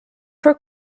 for